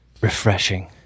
Refreshing